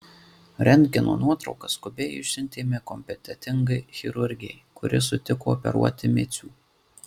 rentgeno nuotraukas skubiai išsiuntėme kompetentingai chirurgei kuri sutiko operuoti micių